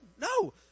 No